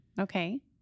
Okay